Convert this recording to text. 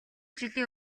жилийн